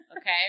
okay